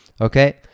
okay